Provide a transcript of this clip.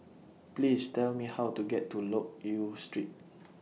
Please Tell Me How to get to Loke Yew Street